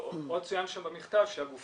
עוד צוין שם במכתב שהגופים